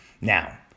Now